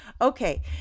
Okay